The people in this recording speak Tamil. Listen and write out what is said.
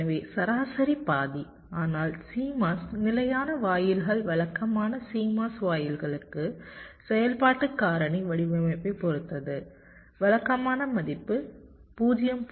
எனவே சராசரி பாதி ஆனால் CMOS நிலையான வாயில்கள் வழக்கமான CMOS வாயில்களுக்கு செயல்பாட்டுக் காரணி வடிவமைப்பைப் பொறுத்தது வழக்கமான மதிப்பு 0